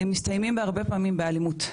מסתיימים הרבה פעמים באלימות,